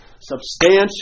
substantial